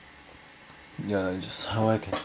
ya is how I can